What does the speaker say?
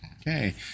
Okay